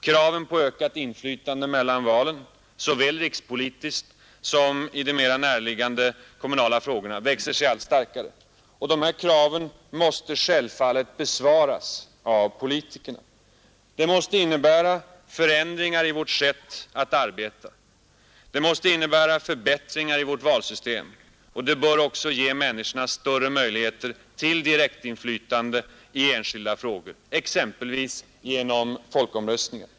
Kraven på ökat inflytande mellan valen — såväl rikspolitiskt som i de mera näraliggande kommunala frågorna — växer sig allt starkare. Dessa krav måste självfallet besvaras av politikerna. Det måste innebära förändringar i vårt sätt att arbeta. Det måste innebära förbättringar i vårt valsystem. Det bör också ge människorna större möjligheter till direktinflytande i enskilda frågor — exempelvis genom folkomröstningar.